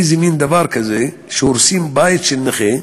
איזה מין דבר כזה שהורסים בית של נכה,